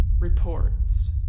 reports